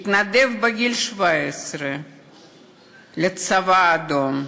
התנדב בגיל 17 לצבא האדום.